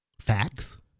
facts